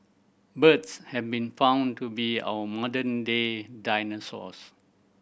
birds have been found to be our modern day dinosaurs